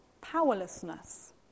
powerlessness